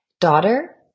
daughter